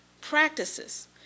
practices